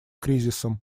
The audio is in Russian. кризисом